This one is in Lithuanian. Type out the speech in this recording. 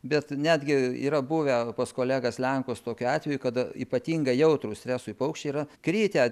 bet netgi yra buvę pas kolegas lenkus tokių atvejų kada ypatingai jautrūs stresui paukščiai yra kritę